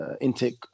intake